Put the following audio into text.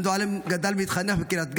אנדועלם גדל והתחנך בקריית גת.